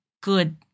good